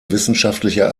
wissenschaftlicher